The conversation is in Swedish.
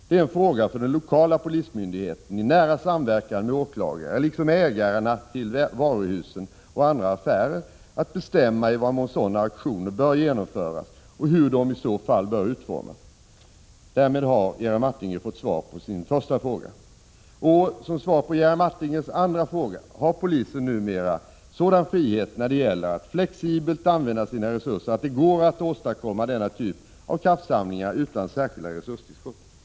Det är en fråga för den lokala polismyndigheten, i nära samverkan med åklagare liksom med ägarna till varuhusen och andra affärer, att bestämma i vad mån sådana aktioner bör genomföras och hur de i så fall bör utformas. Därmed har Jerry Martinger fått svar på sin första fråga. Och — som svar på Jerry Martingers andra fråga — har polisen numera sådan frihet när det gäller att flexibelt använda sina resurser att det går att åstadkomma denna typ av kraftsamlingar utan särskilt resurstillskott.